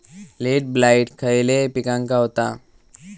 Late blight खयले पिकांका होता?